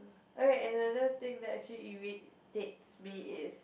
alright another thing that actually irritates me is